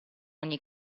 ogni